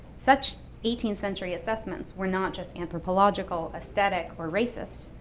such eighteenth century assessments were not just anthropological aesthetic or racist.